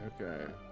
Okay